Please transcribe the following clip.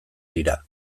dira